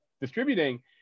distributing